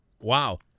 Wow